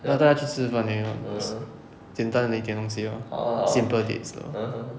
then 带她去吃饭而已 lor is 简单的一点东西 lor simple date so